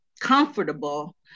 comfortable